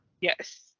Yes